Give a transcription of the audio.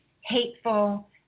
hateful